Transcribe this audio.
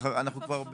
אנחנו כבר בעיכוב,